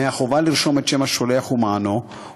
מהחובה לרשום את שם השולח ומענו,